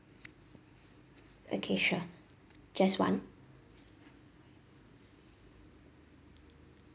okay sure just one